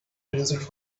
desert